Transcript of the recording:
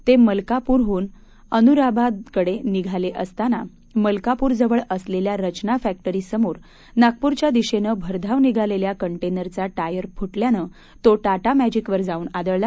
ते मलकापूरहून अनुराबादकडे निघाले असताना मलकापुराजवळ असलेल्या रचना फॅक्टरीसमोर नागपुरच्या दिशेनं भरधाव निघालेल्या कंटेनरचा टायर फुटल्यानं तो टाटा मॅजीकवर जाऊन आदळला